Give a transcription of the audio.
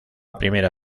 primera